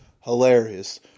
hilarious